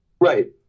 right